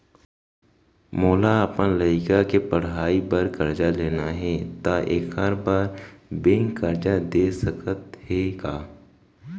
मोला अपन लइका के पढ़ई बर करजा लेना हे, त एखर बार बैंक करजा दे सकत हे का?